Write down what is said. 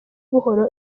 buhoro